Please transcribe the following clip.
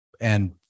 and-